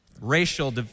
racial